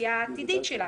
הסיעה העתידית שלה,